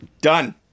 Done